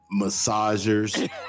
Massagers